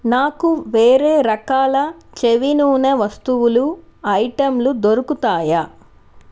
నాకు వేరే రకాల చెవి నూనె వస్తువులు ఐటెంలు దొరుకుతాయా